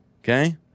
Okay